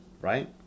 Right